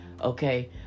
okay